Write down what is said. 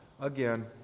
again